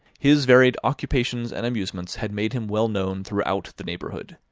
his varied occupations and amusements had made him well known throughout the neighbourhood.